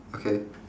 okay